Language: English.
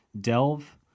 Delve